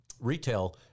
retail